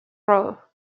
row